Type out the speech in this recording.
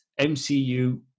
MCU